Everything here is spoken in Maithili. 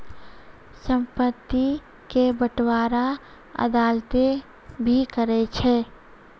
संपत्ति के बंटबारा अदालतें भी करै छै